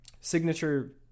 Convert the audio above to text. Signature